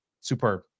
superb